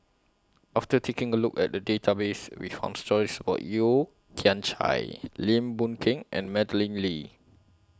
after taking A Look At The Database We found stories of Yeo Kian Chye Lim Boon Keng and Madeleine Lee